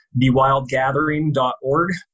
thewildgathering.org